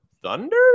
Thunder